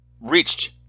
reached